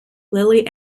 lily